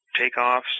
takeoffs